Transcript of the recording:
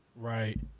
Right